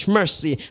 mercy